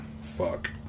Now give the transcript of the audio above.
Fuck